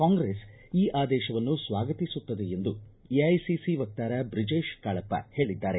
ಕಾಂಗ್ರೆಸ್ ಈ ಆದೇಶವನ್ನು ಸ್ವಾಗತಿಸುತ್ತದೆ ಎಂದು ಎಐಸಿಸಿ ವಕ್ತಾರ ಬ್ರಿಜೇತ್ ಕಾಳಪ್ಪ ಹೇಳಿದ್ದಾರೆ